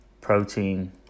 Protein